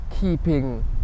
keeping